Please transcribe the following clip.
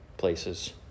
places